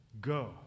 go